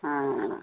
हाँ